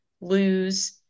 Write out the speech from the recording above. lose